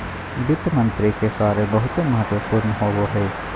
वित्त मंत्री के कार्य बहुते महत्वपूर्ण होवो हय